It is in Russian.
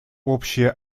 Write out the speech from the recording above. общая